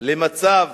למצב